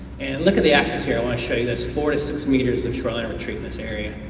and look at the axis here, i want to show you this, four six meters of shoreline retreat in this area.